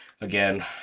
again